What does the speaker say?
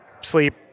sleep